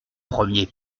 premier